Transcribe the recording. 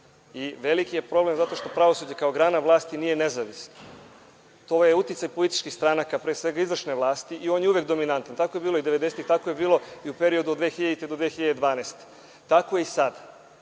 i veliki je problem zato što pravosuđe kao grana vlasti nije nezavisna. To je uticaj političkih stranaka, pre svega izvršne vlasti i on je uvek dominantan. Tako je bilo 90-ih i u periodu od 2000. do 2012. godine.